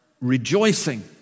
rejoicing